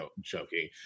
joking